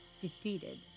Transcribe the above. Defeated